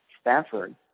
Stanford